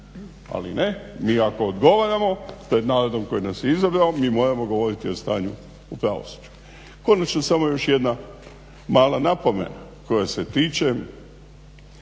Ali ne, mi ako odgovaramo pred narodom koji nas je izabrao mi moramo govoriti o stanju u pravosuđu. Konačno samo još jedna mala napomena koja se tiče